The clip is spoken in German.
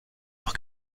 auch